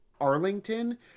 Arlington